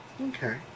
Okay